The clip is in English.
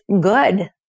good